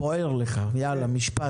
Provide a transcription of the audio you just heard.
זה בוער לך, יאללה משפט.